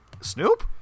Snoop